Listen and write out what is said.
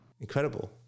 Incredible